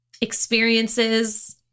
experiences